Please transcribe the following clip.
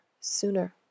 sooner